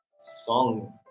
Song